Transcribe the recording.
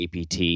APT